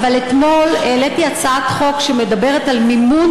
אבל אתמול העליתי הצעת חוק שמדברת על מימון